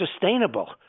sustainable